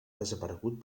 desaparegut